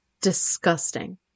disgusting